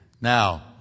Now